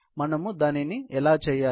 కాబట్టి మేము దానిని ఎలా చేయాలి